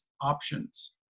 options